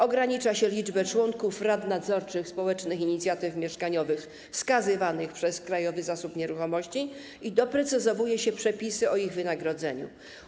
Ogranicza się liczbę członków rad nadzorczych społecznych inicjatyw mieszkaniowych wskazywanych przez Krajowy Zasób Nieruchomości i doprecyzowuje się przepisy o ich wynagrodzeniu.